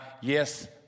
yes